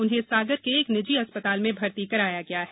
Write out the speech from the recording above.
उन्हें सागर के एक निजी अस्पताल में भर्ती किया गया है